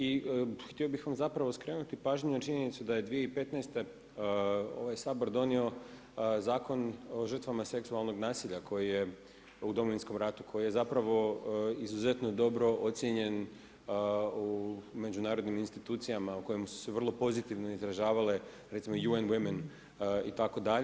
I htio bih vam zapravo skrenuti pažnju na činjenicu da je 2015. ovaj Sabor donio Zakon o žrtvama seksualnog nasilja koji je, u Domovinskom ratu, koji je zapravo izuzetno dobro ocijenjen u međunarodnim institucijama u kojima su se vrlo pozitivno izražavale recimo … [[Govornik govori engleski, ne razumije se.]] itd.